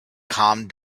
calmed